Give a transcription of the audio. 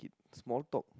small top